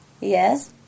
Yes